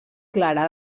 clara